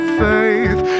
faith